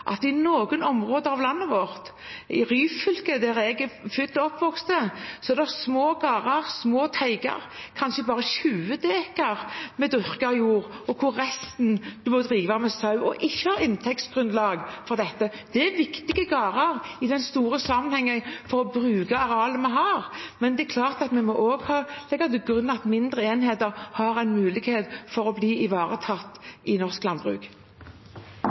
at i noen områder av landet vårt – i Ryfylke, der jeg er født og oppvokst – er det små gårder, små teiger, kanskje bare 20 dekar med dyrket jord, og hvor resten må drive med sau og ikke har inntektsgrunnlag nok for dette. Det er viktige gårder i den store sammenhengen for å bruke arealet vi har, men det er klart at vi må også legge til grunn at mindre enheter har en mulighet for å bli ivaretatt i norsk landbruk.